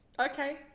Okay